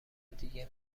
دیگه